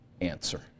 answer